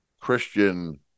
Christian